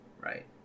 right